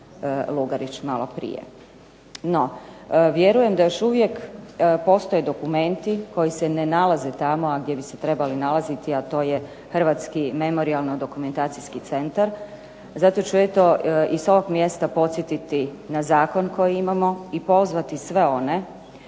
Lugarić maloprije. No, vjerujem da još uvijek postoje dokumenti koji se ne nalaze tamo, a gdje bi se trebali nalaziti, a to je Hrvatski memorijalno-dokumentacijski centar. Zato ću eto i s ovog mjesta podsjetiti na zakon koji imamo, i pozvati sve one